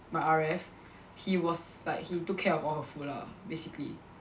my R_F he was like he took care of all her food lah basically